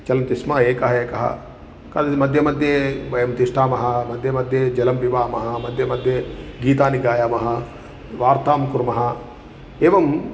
चलन्ति स्म एकः एकः कल् मध्ये मध्ये वयं तिष्टामः मध्ये मध्ये जलं पिबामः मध्ये मध्ये गीतानि गायामः वार्तां कुर्मः एवं